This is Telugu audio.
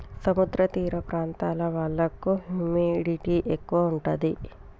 సముద్ర తీర ప్రాంతాల వాళ్లకు హ్యూమిడిటీ ఎక్కువ ఉంటది